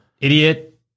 idiot